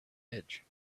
edge